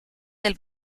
del